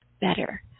better